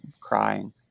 crying